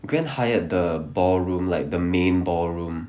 Grand Hyatt the ballroom like the main ballroom